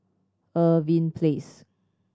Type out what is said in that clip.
Irving Place